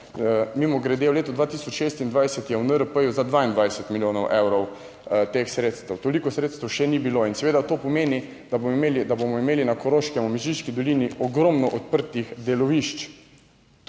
mimogrede, v letu 2026 je v NRP za 22 milijonov evrov teh sredstev, toliko sredstev še ni bilo in seveda to pomeni, da bomo imeli, da bomo imeli na Koroškem, v Mežiški dolini, ogromno odprtih delovišč.